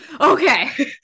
Okay